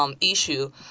issue